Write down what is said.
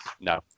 No